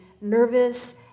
nervous